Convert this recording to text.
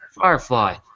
Firefly